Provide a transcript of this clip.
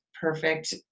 perfect